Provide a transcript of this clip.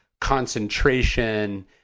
concentration